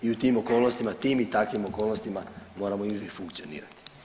I u tim okolnostima, tim i takvim okolnostima moramo uvijek funkcionirati.